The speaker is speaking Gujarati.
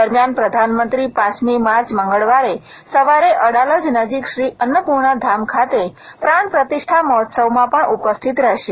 દરમિયાન પ્રધાનમંત્રી પાંચમી માર્ચ મંગળવારે સવારે અડાલજ નજીક શ્રી અન્નાપૂર્ણા ધામ ખાતે પ્રાણપ્રતિષ્ઠા મહોત્સવમાં પણ ઉપસ્થિત રહેશે